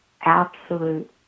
absolute